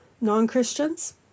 non-Christians